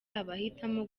abahitamo